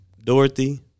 Dorothy